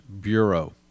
bureau